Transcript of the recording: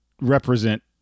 represent